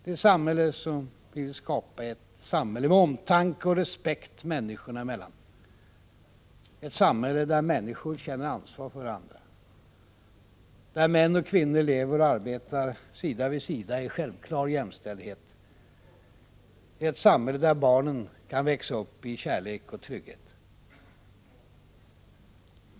Det samhälle som vi vill skapa är ett samhälle med omtanke och respekt människorna emellan, ett samhälle där människor känner ansvar för varandra, där män och kvinnor lever och arbetar sida vid sida i självklar jämställdhet, där barnen kan växa upp i kärlek och trygghet.